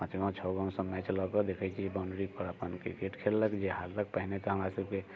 पाँच छओ गाँवसँ मैच लऽ के देखैत छी बाउण्ड्री पर अपन क्रिकेट खेललक जे हारलक पहिने तऽ हमरा सबकेँ